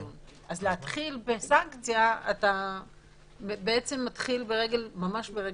אז להתחיל בסנקציה זה להתחיל ברגל שמאל.